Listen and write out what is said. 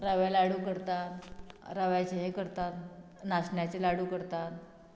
रव्या लाडू करतात रव्याचे हे करतात नाशण्याचे लाडू करतात